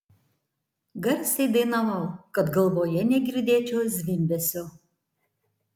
garsiai dainavau kad galvoje negirdėčiau zvimbesio